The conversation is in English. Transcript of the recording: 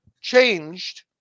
changed